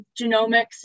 genomics